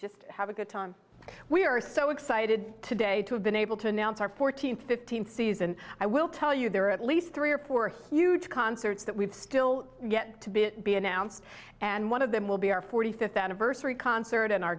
just have a good time we are so excited today to have been able to announce our fourteenth fifteenth season i will tell you there are at least three or four huge concerts that we've still yet to be be announced and one of them will be our forty fifth anniversary concert in our